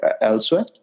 elsewhere